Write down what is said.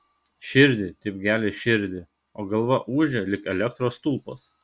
širdį taip gelia širdį o galva ūžia lyg elektros stulpas